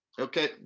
okay